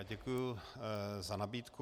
Děkuji za nabídku.